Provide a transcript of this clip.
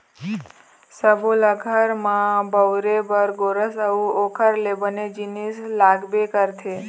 सब्बो ल घर म बउरे बर गोरस अउ ओखर ले बने जिनिस लागबे करथे